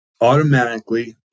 automatically